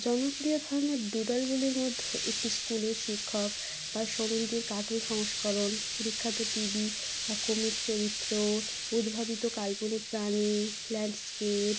জনপ্রিয় ধরনের ডুডলগুলির মধ্যেও একটি স্কুলের শিক্ষক বা সঙ্গীতের কার্টুন সংস্করণ বিখ্যাত টিভি বা কমিক চরিত্র উদ্ভাবিত কাল্পনিক প্রাণী ল্যান্ডস্কেপ